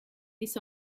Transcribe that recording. this